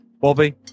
Bobby